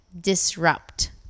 disrupt